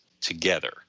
together